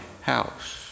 house